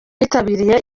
bitabiriye